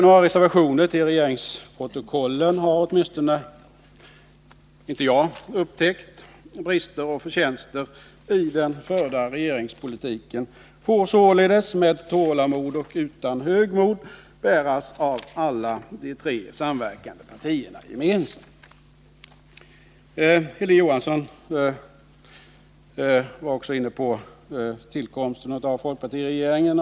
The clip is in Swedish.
Några reservationer till regeringsprotokollen har åtminstone inte jag upptäckt. Brister och förtjänster i den förda regeringspolitiken får således med tålamod och utan högmod bäras av alla de tre samverkande partierna gemensamt. Hilding Johansson var också inne på tillkomsten av folkpartiregeringen.